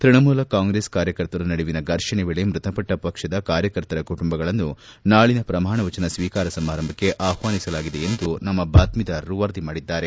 ತ್ಯಣಮೂಲ ಕಾಂಗ್ರೆಸ್ ಕಾರ್ಯಕರ್ತರ ನಡುವಿನ ಫರ್ಷಣೆ ವೇಳೆ ಮೃತಪಟ್ಟ ಪಕ್ಷದ ಕಾರ್ಯಕರ್ತರ ಕುಟುಂಬಗಳನ್ನು ನಾಳನ ಪ್ರಮಾಣ ವಚನ ಸ್ವೀಕಾರ ಸಮಾರಂಭಕ್ಕೆ ಆಹ್ವಾನಿಸಲಾಗಿದೆ ಎಂದು ನಮ್ಮ ಬಾತ್ನೀದಾರರು ವರದಿ ಮಾಡಿದ್ದಾರೆ